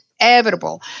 inevitable